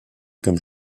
comme